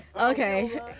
Okay